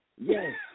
Yes